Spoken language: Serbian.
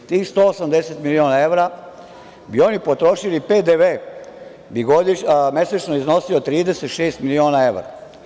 Za tih 180 miliona evra bi oni potrošili PDV koji bi mesečno iznosio 36 miliona evra.